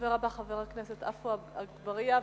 הדובר הבא, חבר הכנסת עפו אגבאריה.